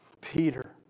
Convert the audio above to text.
Peter